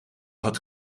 het